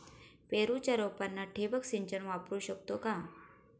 पेरूच्या रोपांना ठिबक सिंचन वापरू शकतो का?